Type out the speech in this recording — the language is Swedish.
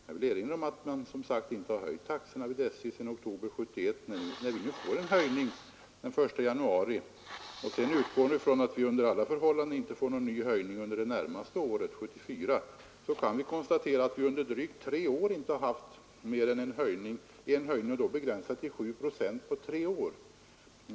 Jag vill erinra om att man inte har höjt taxorna vid SJ sedan i oktober 1971, när vi får en höjning den 1 januari. Om vi utgår ifrån att vi under alla förhållanden inte får någon höjning under det närmaste året, 1974, kan vi konstatera att vi under drygt tre år inte har haft mer än en höjning, begränsad till 7 procent.